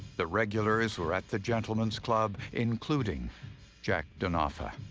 the regulars were at the gentlemen's club, including jack denofa.